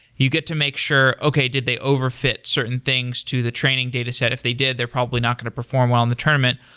you get to make sure, okay. did they over-fit certain things to the training dataset? if they did, they're probably not going to perform well in the tournament.